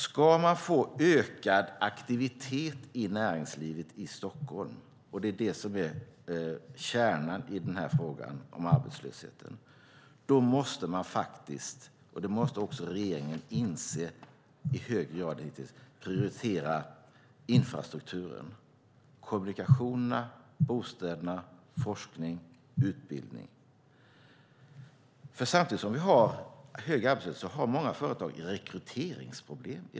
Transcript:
Ska man få ökad aktivitet i näringslivet i Stockholm - det som är kärnan i den här frågan om arbetslösheten - måste man faktiskt prioritera infrastrukturen: kommunikationerna, bostäderna, forskning, utbildning. Det måste också regeringen inse i högre grad än hittills. Samtidigt som vi har hög arbetslöshet har många företag i området rekryteringsproblem.